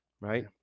right